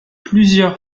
plusieurs